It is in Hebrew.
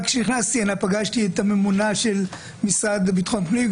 רק כשנכנסתי הנה פגשתי את הממונה של המשרד לביטחון פנים,